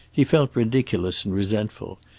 he felt ridiculous and resentful,